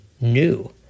new